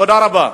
תודה רבה.